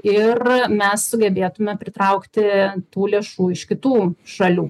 ir mes sugebėtume pritraukti tų lėšų iš kitų šalių